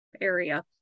area